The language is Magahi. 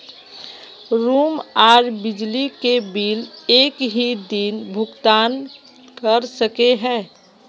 रूम आर बिजली के बिल एक हि दिन भुगतान कर सके है?